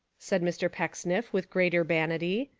said mr. pecksniff with great urbanity,